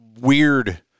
weird